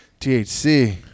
THC